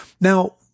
Now